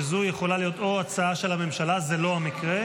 זו יכולה להיות או הצעה של הממשלה, זה לא המקרה,